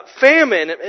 famine